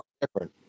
different